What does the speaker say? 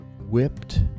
whipped